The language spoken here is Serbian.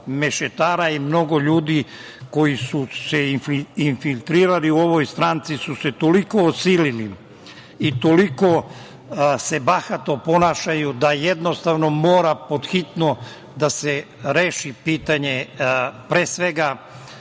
i mnogo ljudi koji su se infiltrirali u ovoj stranci su se toliko osilili i toliko se bahato ponašaju da, jednostavno, mora pod hitno da se reši pitanje, pre svega,